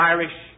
Irish